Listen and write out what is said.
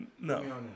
No